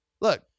Look